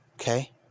Okay